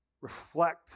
reflect